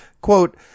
quote